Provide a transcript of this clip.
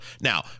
Now